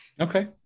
Okay